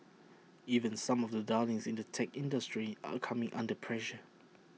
even some of the darlings in the tech industry are coming under pressure